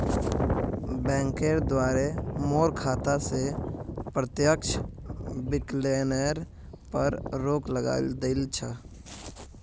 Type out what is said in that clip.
बैंकेर द्वारे मोर खाता स प्रत्यक्ष विकलनेर पर रोक लगइ दिल छ